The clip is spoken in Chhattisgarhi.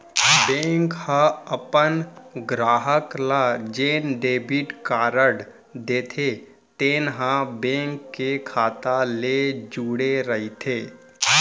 बेंक ह अपन गराहक ल जेन डेबिट कारड देथे तेन ह बेंक के खाता ले जुड़े रइथे